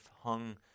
hung